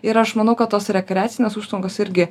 ir aš manau kad tos rekreacinės užtvankos irgi